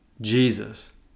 Jesus